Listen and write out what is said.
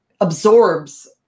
absorbs